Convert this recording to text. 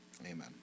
amen